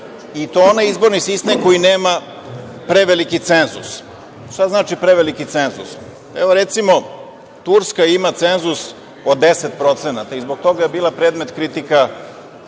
i to onaj izborni sistem koji nema preveliki cenzus. Šta znači preveliki cenzus? Evo, recimo, Turska ima cenzus od 10% i zbog toga je bila predmet kritika